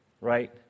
right